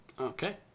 okay